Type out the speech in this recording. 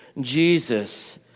Jesus